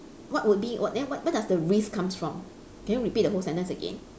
what would be what then what where does the risk comes from can you repeat the whole sentence again